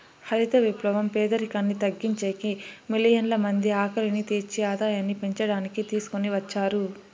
హరిత విప్లవం పేదరికాన్ని తగ్గించేకి, మిలియన్ల మంది ఆకలిని తీర్చి ఆదాయాన్ని పెంచడానికి తీసుకొని వచ్చారు